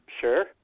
Sure